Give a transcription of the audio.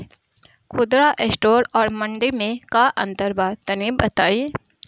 खुदरा स्टोर और मंडी में का अंतर बा तनी बताई?